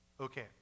Okay